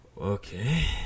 Okay